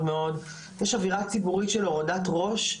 יש אווירה ציבורית של הורדת ראש,